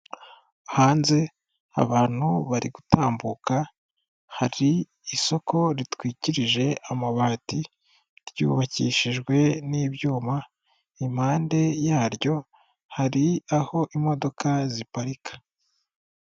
Hanze abantu bari gutambuka hari isoko ritwikirije amabati ryubakishijwe n'ibyuma, impande yaryo hari aho imodoka ziparika.